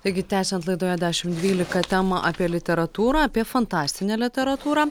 taigi tęsiant laidoje dešim dvylika temą apie literatūrą apie fantastinę literatūrą